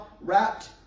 wrapped